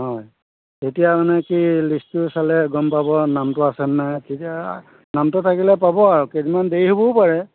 হয় এতিয়া মানে কি লিষ্টটো চালে গম পাব নামটো আছে নাই তেতিয়া নামটো থাকিলে পাব আৰু কেইদিনমান দেৰি হ'বও পাৰে